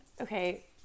Okay